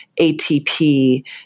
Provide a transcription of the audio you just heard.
ATP